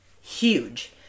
huge